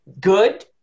Good